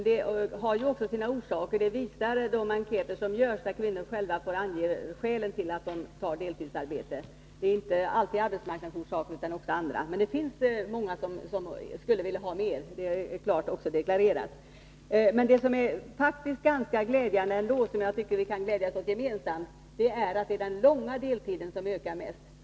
De enkäter som har gjorts där kvinnor själva får ange skälen till att de tar deltidsarbete visar att det inte alltid är arbetsmarknadsorsaker som ligger bakom. Men det finns många som skulle vilja ha mera arbete — det är klart dokumenterat. Det som ändå är ganska glädjande och som jag tycker att vi kan glädjas åt gemensamt är att det är den långa deltiden som ökar mest.